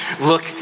look